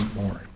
more